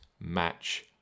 match